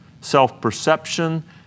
self-perception